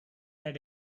had